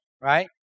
right